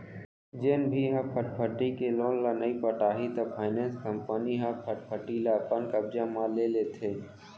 जेन भी ह फटफटी के लोन ल नइ पटाही त फायनेंस कंपनी ह फटफटी ल अपन कब्जा म ले लेथे